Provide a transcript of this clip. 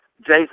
Jason